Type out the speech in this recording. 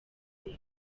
ari